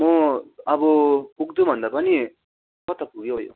म अब पुग्नु भन्दा पनि कता पुग्यौ यो